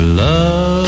love